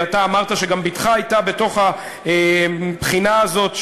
אתה אמרת שגם בתך הייתה בבחינה הזאת,